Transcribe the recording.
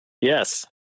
Yes